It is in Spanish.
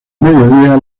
mediodía